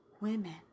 women